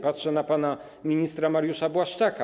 Patrzę na pana ministra Mariusza Błaszczaka.